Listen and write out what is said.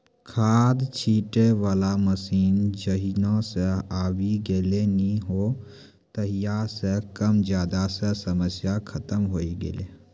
खाद छीटै वाला मशीन जहिया सॅ आबी गेलै नी हो तहिया सॅ कम ज्यादा के समस्या खतम होय गेलै